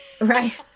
Right